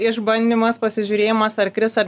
išbandymas pasižiūrėjimas ar kris ar